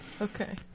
Okay